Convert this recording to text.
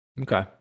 Okay